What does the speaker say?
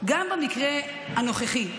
גם במקרה הנוכחי,